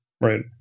Right